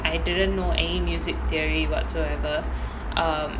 I didn't know any music theory whatsoever um